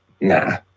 Nah